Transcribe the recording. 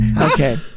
Okay